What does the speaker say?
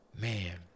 Man